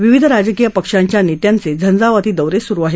विविध राजकीय पक्षांच्या नेत्यांचे झंझावाती दौरे सुरु आहेत